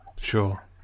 Sure